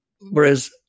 whereas